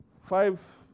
five